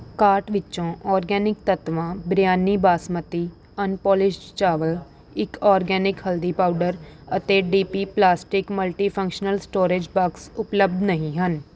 cart ਵਿੱਚੋਂ organic Tattva biryani basmati unpolished ਚਾਵਲ ਇੱਕ ਆਰਗੈਨਿਕ ਹਲਦੀ ਪਾਊਡਰ ਅਤੇ D P plastic multifunctional storage box ਉਪਲਬਧ ਨਹੀਂ ਹਨ